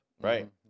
Right